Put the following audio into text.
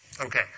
Okay